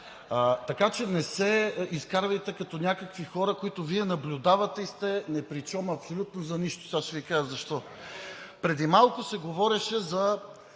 Така че не се изкарвайте като някакви хора, които Вие наблюдавате, и сте непричом абсолютно за нищо. Сега ще Ви кажа защо. Преди малко се говореше за